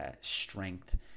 strength